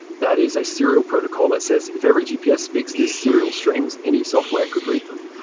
that is a serial protocol that says if every gps speaks this serial strings, any software could read them.